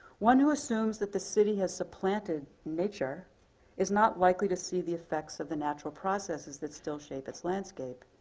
one who assumes that the city has supplanted nature is not likely to see the effects of the natural processes that's still shape its landscape.